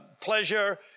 pleasure